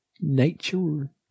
nature